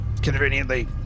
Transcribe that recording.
conveniently